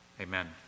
Amen